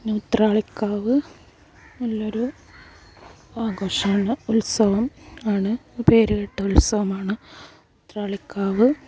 പിന്നെ ഉത്രാളിക്കാവ് നല്ലൊരു ആഘോഷമാണ് ഉത്സവം ആണ് ഒരു പേരുകേട്ട ഉത്സവമാണ് ഉത്രാളിക്കാവ്